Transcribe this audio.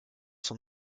son